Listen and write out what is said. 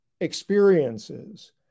experiences